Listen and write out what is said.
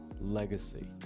legacy